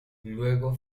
luego